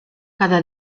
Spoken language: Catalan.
cada